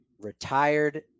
retired